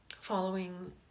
following